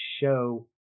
show